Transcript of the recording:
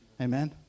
Amen